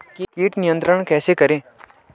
कीट नियंत्रण कैसे करें?